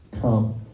come